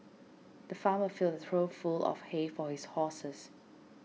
the farmer filled a trough full of hay for his horses